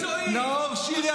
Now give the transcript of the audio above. נאור שירי,